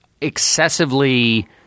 excessively